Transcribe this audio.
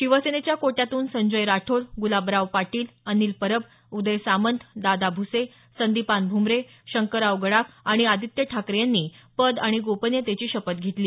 शिवसेनेच्या कोट्यातून संजय राठोड गुलाबराव पाटील अनिल परब उदय सामंत दादा भूसे संदीपान भूमरे शंकरराव गडाख आणि आदित्य ठाकरे यांनी पद आणि गोपनीयतेची शपथ घेतली